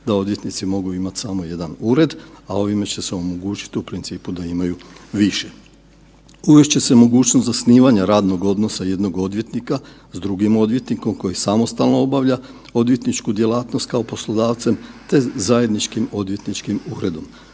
da odvjetnici mogu imati samo jedan ured, a ovime će se omogućiti u principu, da imaju više. Uvest će se mogućnost zasnivanja radnog odnosa jednog odvjetnika s drugim odvjetnikom koji samostalno obavlja odvjetničku djelatnost kao poslodavcem te zajedničkim odvjetničkim uredom.